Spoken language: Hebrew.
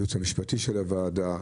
הייעוץ המשפטי של הוועדה.